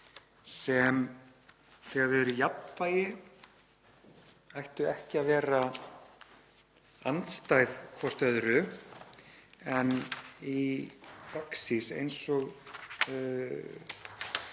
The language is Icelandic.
þegar þau eru í jafnvægi, ekki að vera andstæð hvort öðru en í praxís, eins og